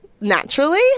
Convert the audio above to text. naturally